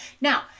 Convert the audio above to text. now